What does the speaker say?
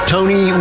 Tony